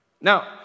now